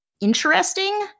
interesting